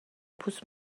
پوست